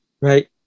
right